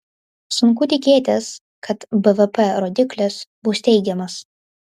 sunku tikėtis kad bvp rodiklis bus teigiamas